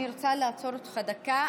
אני רוצה לעצור אותך דקה.